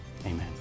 Amen